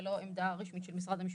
ולא עמדה רשמית של משרד המשפטים.